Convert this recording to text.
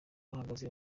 bahageze